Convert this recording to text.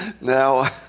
Now